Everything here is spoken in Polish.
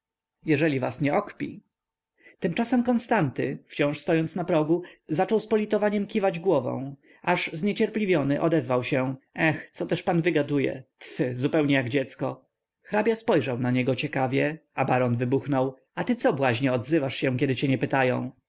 jeżeli was nie okpi tymczasem konstanty wciąż stojąc na progu zaczął z politowaniem kiwać głową aż zniecierpliwiony odezwał się eh co też pan wygaduje tfy zupełnie jak dziecko hrabia spojrzał na niego ciekawie a baron wybuchnął a ty co błaźnie odzywasz się kiedy cię nie pytają